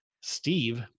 Steve